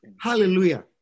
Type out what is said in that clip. Hallelujah